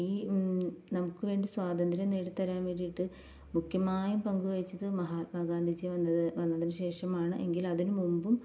ഈ ഉ നമുക്ക് വേണ്ടി സ്വാതന്ത്ര്യം നേടിത്തരാന് വേണ്ടിയിട്ട് മുഖ്യമായും പങ്കു വഹിച്ചത് മഹാത്മാ ഗാന്ധിജി വന്നത് വന്നതിനു ശേഷമാണ് എങ്കില് അതിന് മുമ്പും